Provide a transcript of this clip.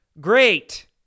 Great